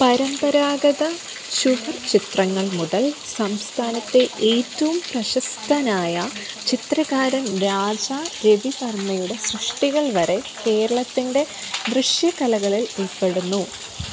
പരമ്പരാഗത ചുവർചിത്രങ്ങൾ മുതൽ സംസ്ഥാനത്തെ ഏറ്റവും പ്രശസ്തനായ ചിത്രകാരൻ രാജാ രവിവർമ്മയുടെ സൃഷ്ടികൾ വരെ കേരളത്തിന്റെ ദൃശ്യകലകളിൽ ഉൾപ്പെടുന്നു